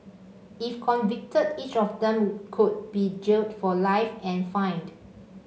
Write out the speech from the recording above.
if convicted each of them could be jailed for life and fined